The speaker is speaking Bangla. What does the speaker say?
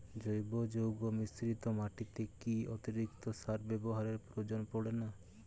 জৈব যৌগ মিশ্রিত মাটিতে কি অতিরিক্ত সার ব্যবহারের প্রয়োজন পড়ে না?